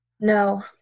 No